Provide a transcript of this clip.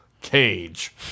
cage